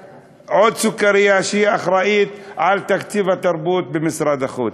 שהיא אחראית לתקציב התרבות במשרד החוץ.